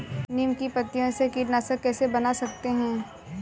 नीम की पत्तियों से कीटनाशक कैसे बना सकते हैं?